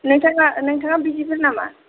नोंथांआ नोंथांआ बिजिमोन नामा